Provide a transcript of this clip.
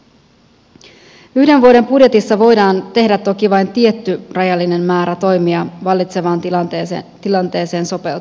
yhden vuoden budjetissa voidaan tehdä toki vain tietty rajallinen määrä toimia vallitsevaan tilanteeseen sopeutumiseksi